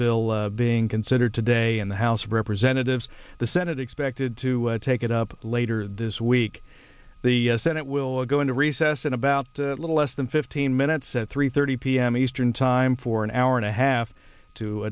bill being considered today in the house of representatives the senate expected to take it up later this week the senate will go into recess in about a little less than fifteen minutes at three thirty p m eastern time for an hour and a half to